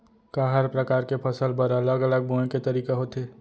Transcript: का हर प्रकार के फसल बर अलग अलग बोये के तरीका होथे?